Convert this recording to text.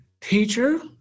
teacher